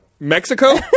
Mexico